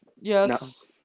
Yes